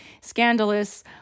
scandalous